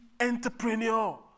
entrepreneur